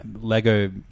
Lego